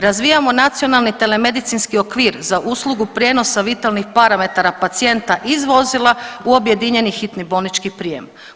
Razvijamo nacionalni telemedicinski okvir za uslugu prijenosa vitalnih parametara pacijenta iz vozila u objedinjeni hitni bolnički prijem.